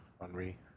Henri